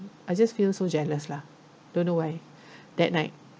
I just feel so jealous lah don't know why that night